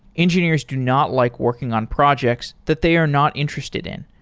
engineers do not like working on projects that they are not interested in.